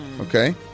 Okay